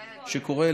שקורה,